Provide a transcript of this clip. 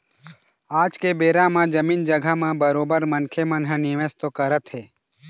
आज के बेरा म जमीन जघा म बरोबर मनखे मन ह निवेश तो करत हें